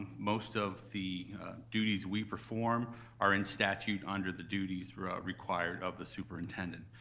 most of the duties we perform are in statute under the duties required of the superintendent.